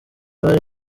bari